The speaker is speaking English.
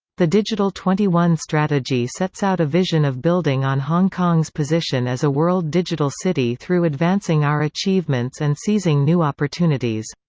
the digital twenty one strategy sets out a vision of building on hong kong's position as a world digital city through advancing our achievements and seizing new opportunities.